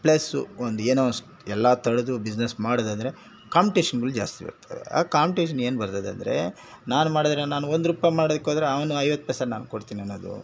plus ಒಂದು ಏನೋ ಎಲ್ಲ ಥರದ್ದು ಬಿಸ್ನೆಸ್ ಮಾಡೋದಾದರೆ ಕಾಂಪ್ಟೇಶನ್ಗಳು ಜಾಸ್ತಿ ಬರ್ತವೆ ಆ ಕಾಂಪ್ಟೇಶನ್ ಏನು ಬರ್ತದೆ ಅಂದರೆ ನಾನು ಮಾಡಿದ್ರೆ ನಾನು ಒಂದು ರೂಪಾಯಿ ಮಾಡೋದಕ್ಕೋದರೆ ಅವ್ನು ಐವತ್ತು ಪೈಸೇಲಿ ನಾನು ಕೊಡ್ತೀನಿ ಅನ್ನೋದು